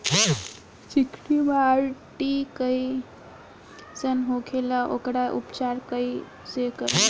चिकटि माटी कई सन होखे ला वोकर उपचार कई से करी?